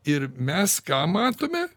ir mes ką matome